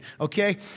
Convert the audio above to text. Okay